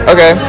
Okay